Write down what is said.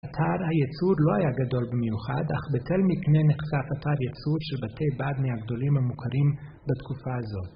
אתר הייצור לא היה גדול במיוחד, אך בתל מקנה נחשף אתר ייצור של בתי בד מהגדולים המוכרים בתקופה הזאת.